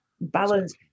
balance